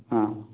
ହଁ